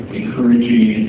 encouraging